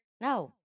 No